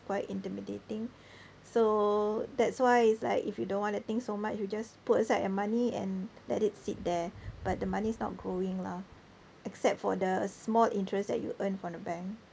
quite intimidating so that's why it's like if you don't want to think so much you just put aside your money and let it sit there but the money is not growing lah except for the small interest that you earn from the bank